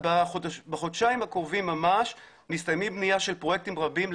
בחודשיים הקרובים ממש מסתיימת בנייה של פרויקטים רבים,